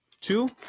two